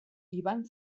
iban